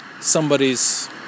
somebody's